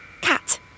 Cat